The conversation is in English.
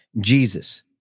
Jesus